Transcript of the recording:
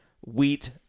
wheat